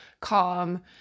calm